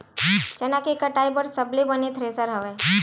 चना के कटाई बर सबले बने थ्रेसर हवय?